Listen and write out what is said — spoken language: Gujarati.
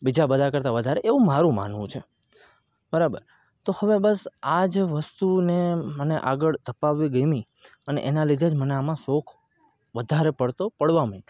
બીજા બધા કરતાં વધારે એવું મારું માનવું છે બરાબર તો હવે બસ આ જ વસ્તુને મને આગળ ધપાવવી ગમી અને એનાં લીધે જ મને આમાં શોખ વધારે પડતો પડવા મંડ્યો